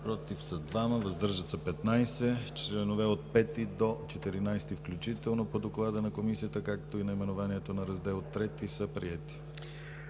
против 2, въздържали се 15. Членове от 5 до 14 включително по доклада на Комисията, както и наименованието на Раздел ІІІ са приети.